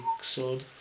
sword